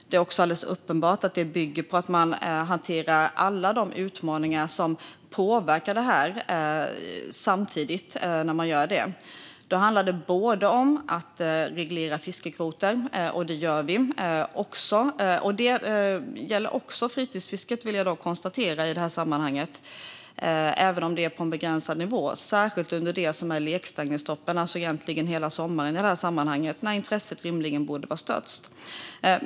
Det är också alldeles uppenbart att det bygger på att man samtidigt hanterar alla utmaningar som påverkar detta. Det handlar om att reglera fiskekvoter, och det gör vi. Detta gäller också fritidsfisket, vilket jag vill konstatera i detta sammanhang, även om det är på en begränsad nivå, särskilt under lekstängningsstoppen, egentligen hela sommaren i detta sammanhang, när intresset rimligen borde vara störst.